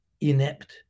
inept